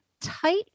tight